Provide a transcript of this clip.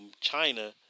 China